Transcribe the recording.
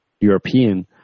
European